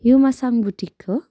युमासाङ boutique हो